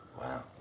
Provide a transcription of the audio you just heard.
Wow